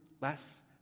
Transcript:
less